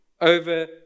over